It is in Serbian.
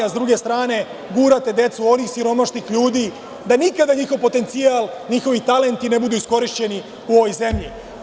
Sa druge strane gurate decu onih siromašnih ljudi, da nikada njihov potencijal i talenti ne budu iskorišćeni u ovoj zemlji.